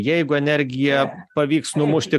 jeigu energija pavyks numušti